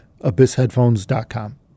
abyssheadphones.com